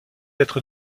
être